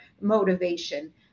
motivation